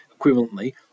equivalently